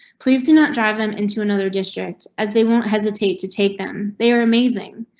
please do not drive them into another district as they won't hesitate to take them. they're amazing.